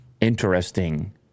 interesting